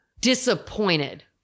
disappointed